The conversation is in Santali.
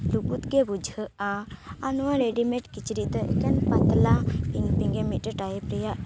ᱞᱩᱜᱩᱫ ᱜᱮ ᱵᱩᱡᱷᱟᱹᱜᱼᱟ ᱟᱨ ᱱᱚᱣᱟ ᱨᱮᱰᱤᱢᱮᱴ ᱠᱤᱪᱨᱤᱡ ᱫᱚ ᱮᱠᱮᱱ ᱯᱟᱛᱞᱟ ᱯᱤᱝᱯᱤᱝᱮ ᱴᱟᱭᱤᱯ ᱨᱮᱭᱟᱜ